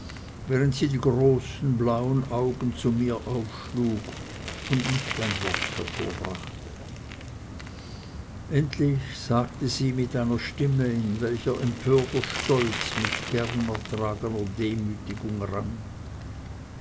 während sie die großen blauen augen zu mir aufschlug und nicht ein wort hervorbrachte endlich sagte sie mit einer stimme in welcher empörter stolz mit gern ertragener demütigung rang